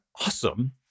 awesome